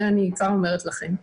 את זה אני כבר אומרת לכם עכשיו.